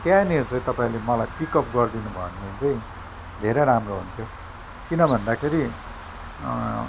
त्यहाँनिर चाहिँ तपाईँले मलाई पिकअप गरिदिनु भयो भनेदेखि चाहिँ धेरै राम्रो हुन्थ्यो किन भन्दाखेरि